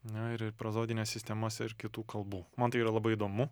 na ir prozodines sistemas ir kitų kalbų man tai yra labai įdomu